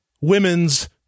women's